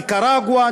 ניקרגואה,